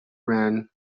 ran